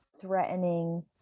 threatening